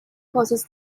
causes